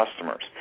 customers